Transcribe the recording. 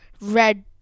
red